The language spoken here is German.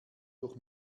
durch